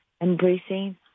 embracing